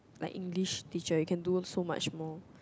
like English teacher you can do so much more